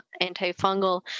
antifungal